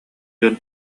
дьон